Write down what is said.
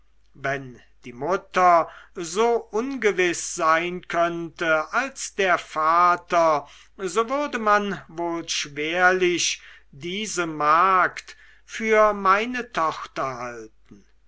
wenn die mutter so ungewiß sein könnte als der vater so würde man wohl schwerlich diese magd für meine tochter halten